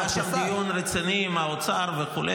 היה שם דיון רציני עם האוצר וכו',